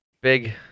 big